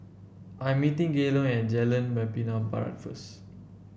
I am meeting Gaylon at Jalan Membina Barat first